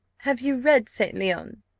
have you read st. leon?